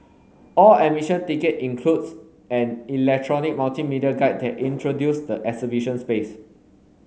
all admission ticket includes an electronic multimedia guide that introduce the exhibition space